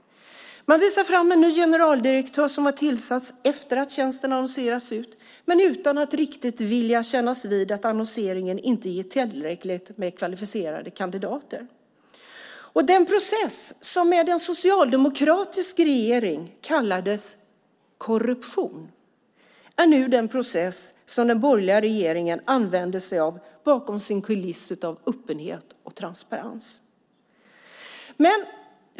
Man visar fram en ny generaldirektör som tillsatts efter det att tjänsten har annonserats ut men utan att riktigt vilja kännas vid att annonseringen inte gett tillräckligt kvalificerade kandidater. Den process som med en socialdemokratisk regering kallades för korrupt är nu den process som den borgerliga regeringen använder sig av bakom sin kuliss av öppenhet och transparens.